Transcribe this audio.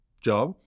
job